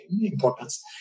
importance